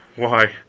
why,